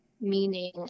meaning